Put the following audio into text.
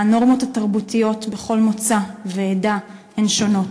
והנורמות התרבותיות בכל מוצא ועדה הן שונות,